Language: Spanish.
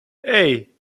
hey